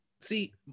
See